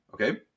okay